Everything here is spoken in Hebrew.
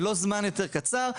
ולא זמן יותר קצר.